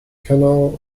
canoe